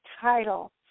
title